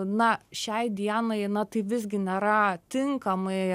na šiai dienai na tai visgi nėra tinkamai